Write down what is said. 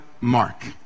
mark